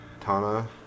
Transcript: Tana